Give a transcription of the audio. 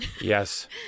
Yes